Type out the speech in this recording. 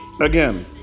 Again